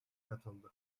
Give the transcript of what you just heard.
katıldı